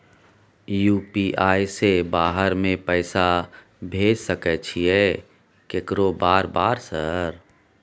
UPI से बाहर में पैसा भेज सकय छीयै केकरो बार बार सर?